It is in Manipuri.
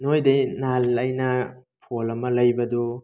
ꯅꯣꯏꯗꯩ ꯅꯍꯥꯟ ꯑꯩꯅ ꯐꯣꯟ ꯑꯃ ꯂꯩꯕꯗꯨ